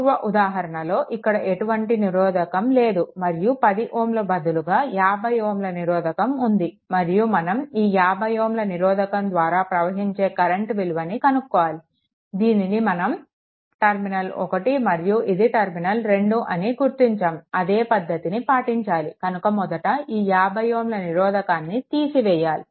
పూర్వ ఉదాహరణలో ఇక్కడ ఎటువంటి నిరోధకం లేదు మరియు 10 Ω బదులుగా 50 Ω నిరోధకం ఉంది మరియు మనం ఈ 50 Ω నిరోధకం ద్వారా ప్రవహించే కరెంట్ విలువను కనుక్కోవాలి దీనిని మనం టర్మినల్ 1 మరియు ఇది టెర్మినల్ 2 అని గుర్తించాము అదే పద్ధతిని పాటించాలి కనుక మొదట ఈ 50 Ω నిరోధకాన్ని తీసివేయాలి